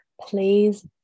please